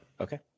Okay